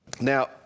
Now